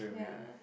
yeah